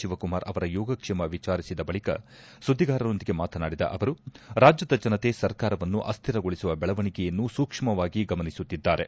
ಶಿವಕುಮಾರ್ ಅವರ ಯೋಗ ಕ್ಷೇಮ ವಿಚಾರಿಸಿದ ಬಳಿಕ ಸುದ್ದಿಗಾರರೊಂದಿಗೆ ಮಾತನಾಡಿದ ಅವರು ರಾಜ್ಯದ ಜನತೆ ಸರ್ಕಾರವನ್ನು ಅಸ್ವಿರಗೊಳಿಸುವ ಬೆಳವಣಿಗೆಯನ್ನು ಸೂಕ್ಷ್ಮವಾಗಿ ಗಮನಿಸುತ್ತಿದ್ದಾರೆ